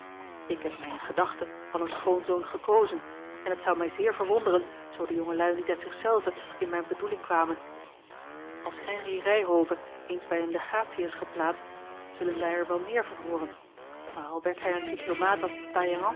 ik heb mij in gedachte al een schoonzoon gekozen en het zou mij zeer verwonderen zoo de jongelui niet uit zichzelven in mijne bedoeling kwamen als henri ryhove eens bij eene legatie is geplaatst zullen wij er wel meer van hooren maar al werd hij een diplomaat als